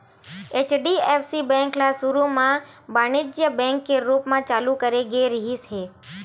HDFC bank ल सुरू म बानिज्यिक बेंक के रूप म चालू करे गे रिहिस हे